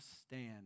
stand